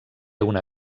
una